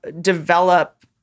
develop